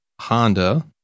Honda